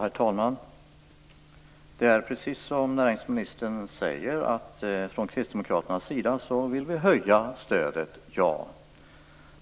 Herr talman! Det är precis som näringsministern säger. Vi vill från Kristdemokraternas sida höja stödet.